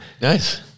Nice